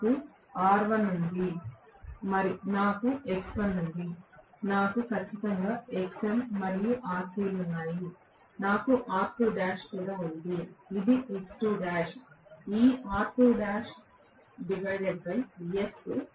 నాకు R1 ఉంది నాకు X1 ఉంది నాకు ఖచ్చితంగా Xm మరియు Rc ఉన్నాయి నాకు R2' ఉంది ఇది X2' ఈ R2's